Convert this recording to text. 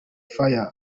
fire